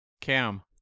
Cam